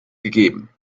gegeben